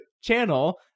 channel